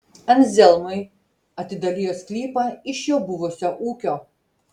anzelmui atidalijo sklypą iš jo buvusio ūkio